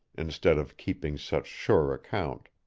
instead of keeping such sure account.